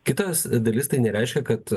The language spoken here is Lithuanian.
kitas dalis tai nereiškia kad